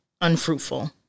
unfruitful